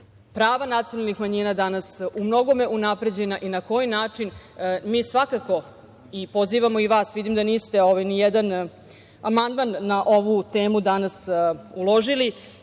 prava nacionalnih manjina danas u mnogome unapređena i na koji način mi svakako pozivamo i vas… Vidim da niste nijedan amandman na ovu temu danas uložili,